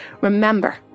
Remember